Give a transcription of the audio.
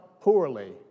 poorly